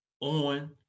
on